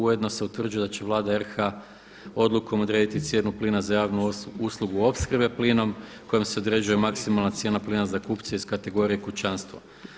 Ujedno se utvrđuje da će Vlada RH odlukom odrediti cijenu plina za javnu uslugu opskrbe plinom kojom se određuje maksimalna cijena plina za kupce iz kategorije kućanstva.